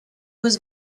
was